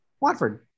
Watford